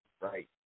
right